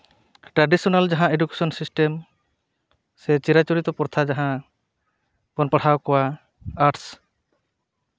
traditional ᱡᱟᱦᱟᱸ education system ᱥᱮ ᱪᱤᱨᱟᱪᱚᱨᱤᱛᱚ ᱯᱨᱚᱛᱷᱟ ᱡᱟᱦᱟᱸ ᱵᱚᱱ ᱯᱟᱲᱦᱟᱣ ᱠᱚᱣᱟ ᱟᱨᱴᱥ